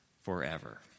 forever